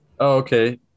Okay